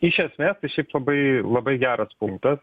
iš esmės tai šiaip labai labai geras punktas